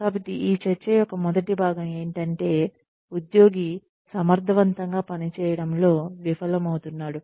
కాబట్టి ఈ చర్చ యొక్క మొదటి భాగం ఏమిటంటే ఉద్యోగి సమర్థవంతంగా పనిచేయడంలో విఫలమవుతున్నాడు